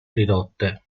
ridotte